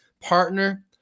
partner